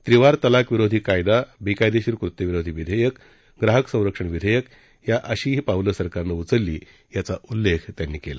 त्रिवार तलाक विरोधी कायदा बेकायदेशीर कृत्य विरोधी विधेयक ग्राहक संरक्षण विधेयक यांसारख्या अशीही पावलं सरकारनं उचलली याचा उल्लेख त्यांनी केला